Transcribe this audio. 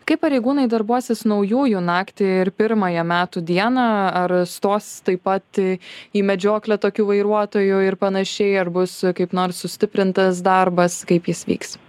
kaip pareigūnai darbuosis naujųjų naktį ir pirmąją metų dieną ar stos taip pat į medžioklę tokių vairuotojų ir panašiai ar bus kaip nors sustiprintas darbas kaip jis vyks